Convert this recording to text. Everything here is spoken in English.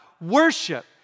worship